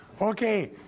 Okay